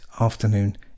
afternoon